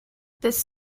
this